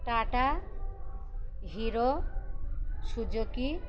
Tata hero Suzuki